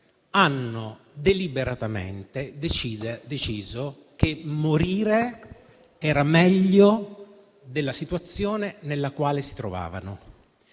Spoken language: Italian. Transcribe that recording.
hanno deliberatamente deciso che morire era meglio della situazione nella quale si trovavano.